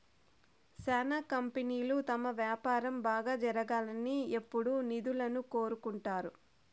శ్యానా కంపెనీలు తమ వ్యాపారం బాగా జరగాలని ఎప్పుడూ నిధులను కోరుకుంటారు